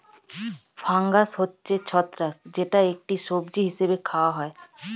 fungus হচ্ছে ছত্রাক যেটা একটি সবজি হিসেবে খাওয়া হয়